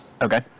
Okay